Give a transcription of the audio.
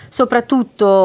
soprattutto